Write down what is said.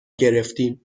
گرفتیم